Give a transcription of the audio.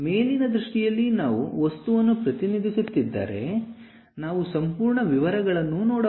ಮೇಲಿನ ದೃಷ್ಟಿಯಲ್ಲಿ ನಾವು ವಸ್ತುವನ್ನು ಪ್ರತಿನಿಧಿಸುತ್ತಿದ್ದರೆ ನಾವು ಸಂಪೂರ್ಣ ವಿವರಗಳನ್ನು ನೋಡಬಹುದು